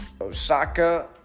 Osaka